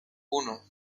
uno